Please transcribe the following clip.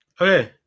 Okay